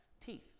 teeth